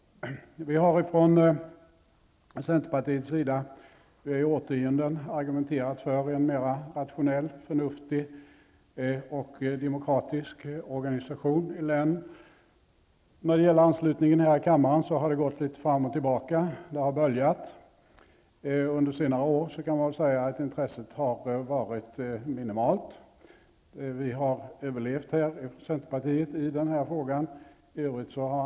Vi har från centerpartiets sida i årtionden argumenterat för en mera rationell, förnuftig och demokratisk organisation i länen. Anslutningen här i kammaren har gått litet fram och tillbaka -- det har böljat. Intresset under senare år kan sägas ha varit minimalt. Vi i centerpartiet har ''överlevt'' i den här frågan.